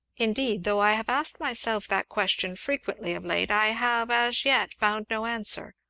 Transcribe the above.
indeed, though i have asked myself that question frequently of late, i have as yet found no answer,